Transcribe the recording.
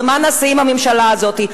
ומה נעשה עם הממשלה הזאת?